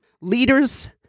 Leaders